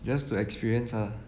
just to experience ah